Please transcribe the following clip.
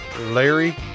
Larry